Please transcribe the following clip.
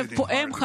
לב פועם,